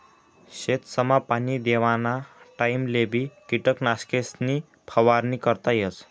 शेतसमा पाणी देवाना टाइमलेबी किटकनाशकेसनी फवारणी करता येस